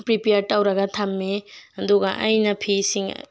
prepare ꯇꯧꯔꯒ ꯊꯝꯃꯤ ꯑꯗꯨꯒ ꯑꯩꯅ ꯐꯤꯁꯤꯡ